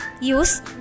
use